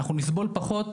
אנחנו נסבול פחות